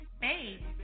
Hey